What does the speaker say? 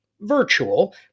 virtual